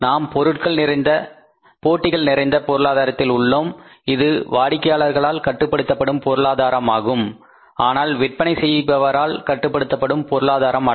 நாம் போட்டிகள் நிறைந்த பொருளாதாரத்தில் உள்ளோம் இது வாடிக்கையாளர்களால் கட்டுப்படுத்தப்படும் பொருளாதாரம் ஆகும் ஆனால் விற்பனை செய்பவரால் கட்டுப்படுத்தப்படும் பொருளாதாரம் அல்ல